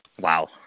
Wow